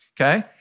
okay